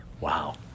Wow